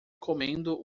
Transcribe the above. comendo